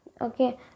okay